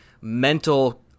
mental